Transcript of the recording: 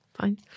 fine